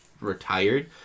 retired